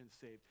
saved